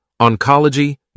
oncology